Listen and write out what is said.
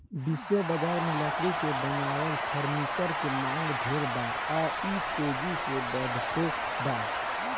विश्व बजार में लकड़ी से बनल फर्नीचर के मांग ढेर बा आ इ तेजी से बढ़ते बा